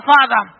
Father